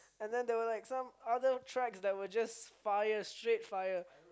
and then there were like some other tracks that were just fire straight fire